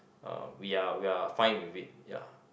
uh we are we are fine with it ya